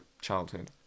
childhood